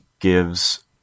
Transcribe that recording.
gives